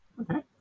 Okay